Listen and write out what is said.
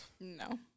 No